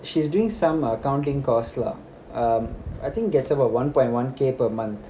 she's doing some accounting course lah um I think gets about one point one K per month